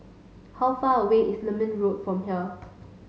how far away is Lermit Road from here